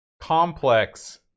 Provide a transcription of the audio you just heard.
complex